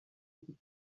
iki